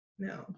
No